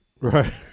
Right